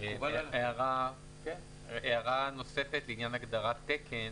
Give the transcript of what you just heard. הערה נוספת לעניין הגדרת "תקן".